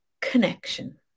connection